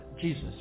Jesus